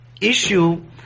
issue